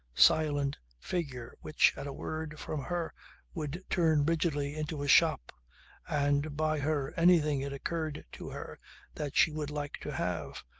silent figure which at a word from her would turn rigidly into a shop and buy her anything it occurred to her that she would like to have.